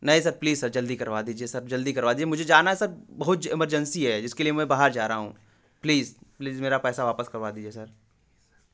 नहीं sir please sir जल्दी करवा दीजिए सर जल्दी करवा दीजिए मुझे जाना है सर बहुत इमर्जेंसी है जिसके लिए मैं बाहर जा रहा हूँ प्लीज प्लीज मेरा पैसा वापस करवा दीजिए सर